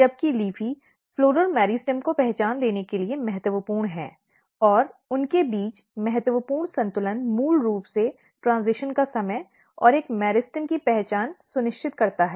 जबकि LEAFY floral meristem को पहचान देने के लिए महत्वपूर्ण है और उनके बीच महत्वपूर्ण संतुलन मूल रूप से ट्रेन्ज़िशन का समय और एक मेरिस्टेम की पहचान सुनिश्चित करता है